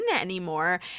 anymore